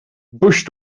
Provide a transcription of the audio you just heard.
bush